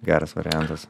geras variantas